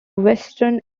western